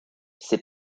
ses